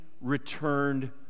returned